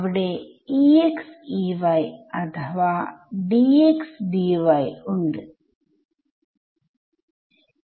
ഇതാണ് എനിക്ക് ചെയ്യേണ്ടിയിരുന്നത്